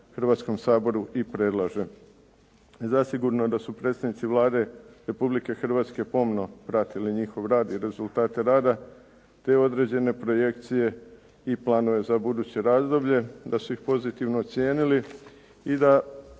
Hrvatskom saboru i predlaže. Zasigurno je da su predstavnici Vlade Republike Hrvatske pomno pratili njihov rad i rezultate rada te određene projekcije i planove za buduće razdoblje, da su ih pozitivno ocijenili i da